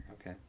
Okay